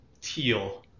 teal